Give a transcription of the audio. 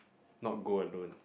not go alone